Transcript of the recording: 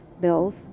bills